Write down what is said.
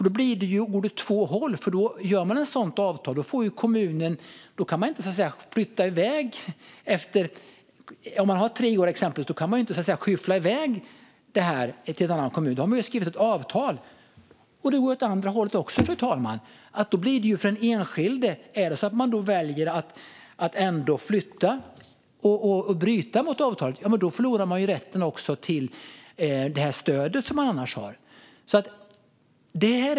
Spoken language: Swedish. Då går det ju åt två håll. Gör man ett sådant avtal, exempelvis på tre år, kan kommunen inte skyffla iväg det till en annan kommun. Då har man ju skrivit ett avtal. Det går också åt andra hållet, fru talman: Om den enskilde väljer att flytta och bryta mot avtalet förlorar man också rätten till det stöd man annars har.